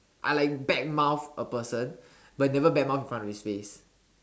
I like badmouth a person but never badmouth in front of his face